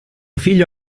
figlio